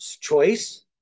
choice